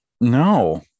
No